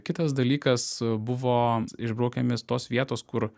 kitas dalykas buvo išbraukiami tos vietos kur